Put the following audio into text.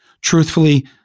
Truthfully